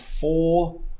four